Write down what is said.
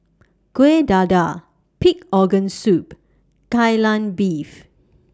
Kueh Dadar Pig Organ Soup Kai Lan Beef